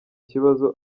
kibazo